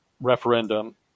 referendum